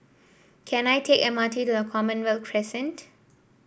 can I take M R T to Commonwealth Crescent